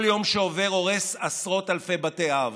כל יום שעובר הורס עשרות אלפי בתי אב,